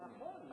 נכון.